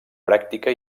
pràctica